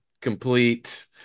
complete